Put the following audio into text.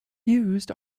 used